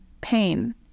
pain